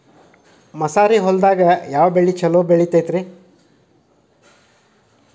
ಮಸಾರಿ ಹೊಲದಾಗ ಯಾವ ಬೆಳಿ ಛಲೋ ಬರತೈತ್ರೇ?